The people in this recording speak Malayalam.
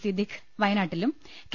സിദ്ദിഖ് വയനാട്ടിലും കെ